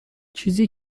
چیزی